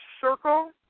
circle